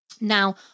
Now